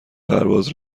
پرواز